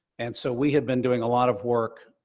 and so we have been doing a lot of work